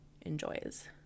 enjoys